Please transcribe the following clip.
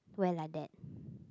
wear like that